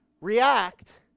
react